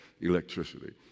electricity